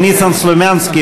חבר הכנסת ניסן סלומינסקי,